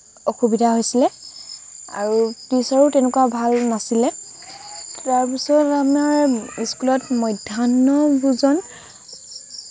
অসুবিধা হৈছিলে আৰু টিছাৰো তেনেকুৱা ভাল নাছিলে তাৰপিছত আমাৰ স্কুলত মধ্যাহ্ন ভোজন